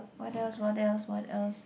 what else what else what else